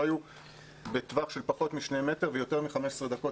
לא היו בטווח של פחות מ-2 מטר ויותר מ-15 דקות